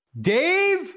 Dave